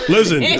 Listen